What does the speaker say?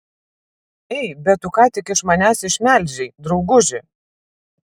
ei bet tu ką tik iš manęs išmelžei drauguži